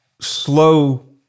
slow